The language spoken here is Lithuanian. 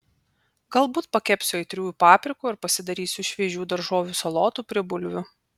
galbūt pakepsiu aitriųjų paprikų ar pasidarysiu šviežių daržovių salotų prie bulvių